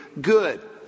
good